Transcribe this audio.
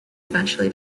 eventually